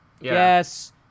Yes